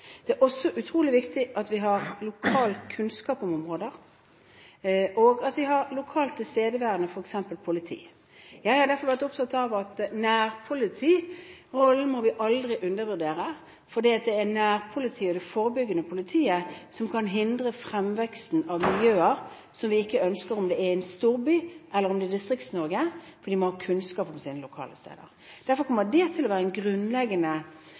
Det er også utrolig viktig at vi har lokal kunnskap om områder, og at vi har lokalt tilstedeværende f.eks. politi. Jeg har derfor vært opptatt av at vi aldri må undervurdere nærpolitirollen, fordi det er nærpolitiet og deres forebyggende arbeid som kan hindre fremveksten av miljøer vi ikke ønsker, for om det er i en storby eller om det er i Distrikts-Norge, må de ha kunnskap om sine lokale steder. Derfor kommer en grunnleggende premiss for min tankegang fremover å være